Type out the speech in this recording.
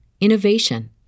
innovation